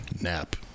nap